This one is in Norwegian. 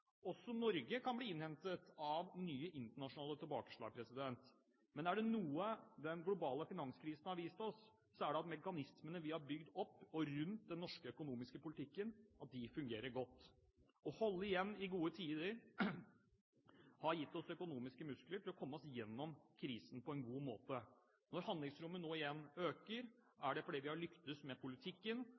Også Norge kan bli innhentet av nye internasjonale tilbakeslag. Men er det noe den globale finanskrisen har vist oss, er det at mekanismene vi har bygd opp rundt den norske økonomiske politikken, fungerer godt. Å holde igjen i gode tider har gitt oss økonomiske muskler til å komme oss gjennom krisen på en god måte. Når handlingsrommet nå igjen øker, er det fordi vi har lyktes med politikken.